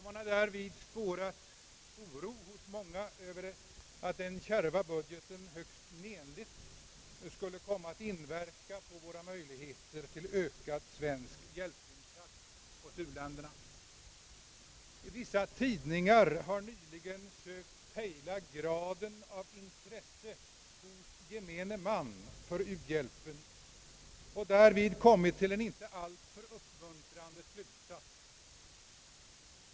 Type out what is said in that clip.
Man har därvid spårat oro hos många över att den kärva budgeten högst menligt skulle komma att inverka på våra möjligheter till ökad svensk hjälpinsats åt u-länderna. Vissa tidningar har nyligen sökt pejla graden av intresse hos gemene man för u-hjälpen och därvid kommit till en inte alltför uppmuntrande slutsats.